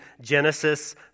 Genesis